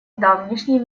давнишний